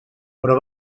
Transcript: però